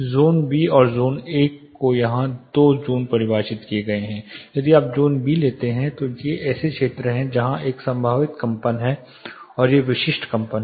zone B और zone A को यहाँ दो ज़ोन परिभाषित किया गया है यदि आप ज़ोन B लेते हैं तो ये ऐसे क्षेत्र हैं जहाँ एक संभावित कंपन है और ये विशिष्ट कंपन हैं